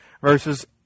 verses